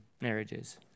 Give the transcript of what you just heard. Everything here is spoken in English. marriages